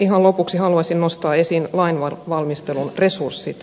ihan lopuksi haluaisin nostaa esiin lainvalmistelun resurssit